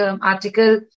article